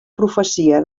profecia